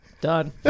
Done